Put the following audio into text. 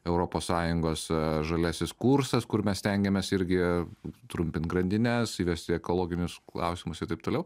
europos sąjungos žaliasis kursas kur mes stengiamės irgi trumpint grandines įvesti ekologinius klausimus ir taip toliau